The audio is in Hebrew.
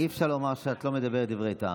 אי-אפשר לומר שאת לא אומרת דברי טעם.